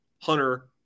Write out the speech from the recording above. Hunter